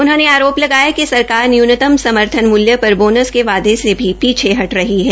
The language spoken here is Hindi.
उन्होंने आरो लगाया कि सरकार न्यूनतम समर्थन मूल्य र बोनस के वादे से भी पीछे हट रही है